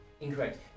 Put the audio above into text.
Incorrect